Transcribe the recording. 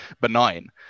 benign